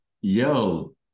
yo